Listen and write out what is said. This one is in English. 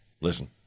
Listen